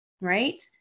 right